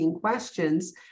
questions